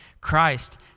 Christ